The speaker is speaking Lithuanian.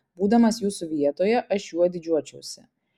būdamas jūsų vietoje aš juo didžiuočiausi